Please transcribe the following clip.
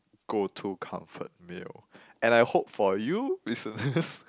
go to comfort meal and I hope for you listen to this